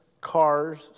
cars